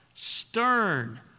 stern